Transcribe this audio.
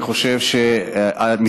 אני חושב שהמשרד,